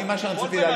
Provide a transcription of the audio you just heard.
מה שרציתי,